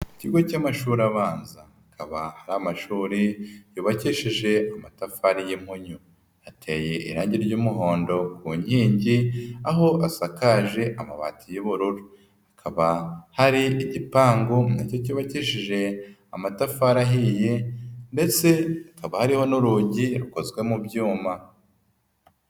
Ikigo cy'amashuri abanza habaha hari amashuri yubakishije amatafari y'impunyu, ateye irangi ry'umuhondo ku nkingi aho asakaje amabati y'ubururu, hakaba hari igipangu na cyo cyubakisheje amatafari ahiye ndetse hakaba hariho n'urugi rukozwe mu byuma.